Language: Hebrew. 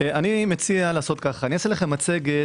אני מציע כך - אעשה לכם מצגת